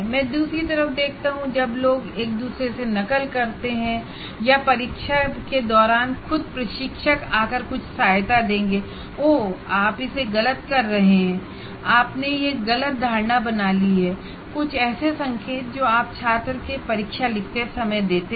मैं दूसरी तरफ देखता हूं जब लोग एक दूसरे से नकल करते हैं या परीक्षा के दौरान खुद प्रशिक्षक आकर कुछ सहायता दे देते हैंओह आप इसे गलत कर रहे हैं आपने यह गलत धारणा बना ली है कुछ ऐसे संकेत जो आप छात्र के परीक्षा लिखते समय देते हैं